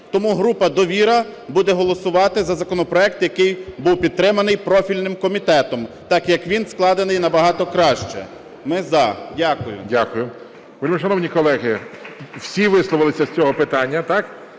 Тому група "Довіра" буде голосувати за законопроект, який був підтриманий профільним комітетом, так як він складений набагато краще. Ми – за. Дякую. ГОЛОВУЮЧИЙ. Дякую. Вельмишановні колеги, всі висловилися з цього питання, так?